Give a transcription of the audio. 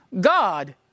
God